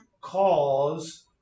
cause